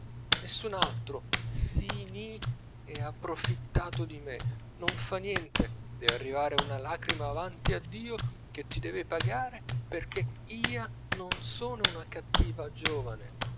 nessun altro si ni e approfittato di mè non fa niente deve arrivare una lacrima avanti a dio che ti deve pagare perchè ia non sone una cattiva giovane